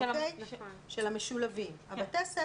יצא חוזר משותף על נוהל מענה חינוכי בבית התלמיד,